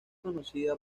conocida